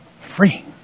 Free